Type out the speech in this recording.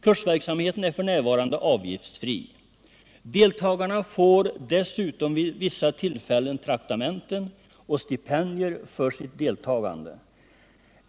Kursverksamheten är f. n. avgiftsfri. Deltagarna får dessutom vid vissa tillfällen traktamenten och stipendier för sitt deltagande.